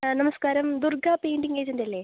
ആ നമസ്കാരം ദുർഗ്ഗ പെയിൻ്റിംഗ് ഏജൻറ്റല്ലേ